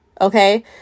okay